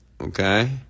okay